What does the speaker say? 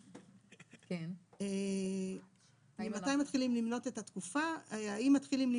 להגיד ממתי מתחילים למנות את תקופת ההתיישנות.